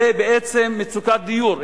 זה בעצם מצוקת דיור.